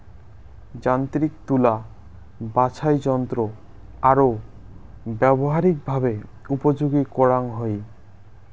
যান্ত্রিক তুলা বাছাইযন্ত্রৎ আরো ব্যবহারিকভাবে উপযোগী করাঙ হই